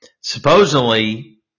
supposedly